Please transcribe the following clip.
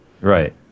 Right